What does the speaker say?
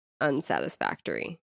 unsatisfactory